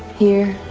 here,